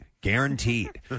Guaranteed